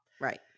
Right